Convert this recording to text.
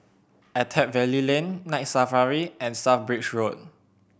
Attap Valley Lane Night Safari and South Bridge Road